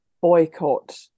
boycott